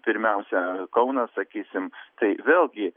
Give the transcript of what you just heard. pirmiausia kaunas sakysim tai vėlgi